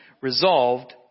resolved